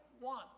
one